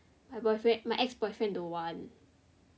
my boyfriend my ex boyfriend don't want